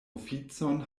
oficon